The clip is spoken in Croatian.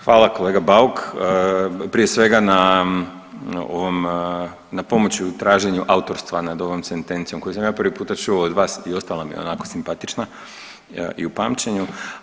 Hvala kolega Bauk prije svega na pomoći u traženju autorstva nad ovom sentencijom koju sam ja prvi puta čuo od vas i ostala mi onako simpatična i u pamćenju.